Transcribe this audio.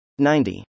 90